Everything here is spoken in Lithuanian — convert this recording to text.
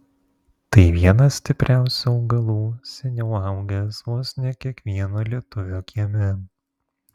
tai vienas stipriausių augalų seniau augęs vos ne kiekvieno lietuvio kieme